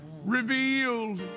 revealed